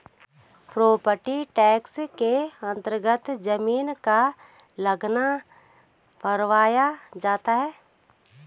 property tax के अन्तर्गत जमीन का लगान भरवाया जाता है